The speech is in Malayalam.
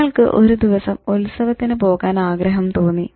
അയാൾക്ക് ഒരു ദിവസം ഉത്സവത്തിന് പോകാൻ ആഗ്രഹം തോന്നി